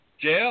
Jeff